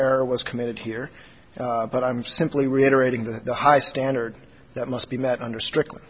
error was committed here but i'm simply reiterating the high standard that must be met under strictly